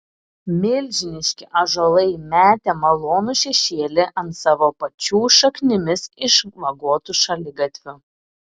milžiniški ąžuolai metė malonų šešėlį ant savo pačių šaknimis išvagotų šaligatvių